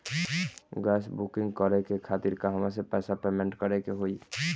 Gas booking करे के खातिर कहवा से पैसा पेमेंट करे के होई?